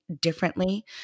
differently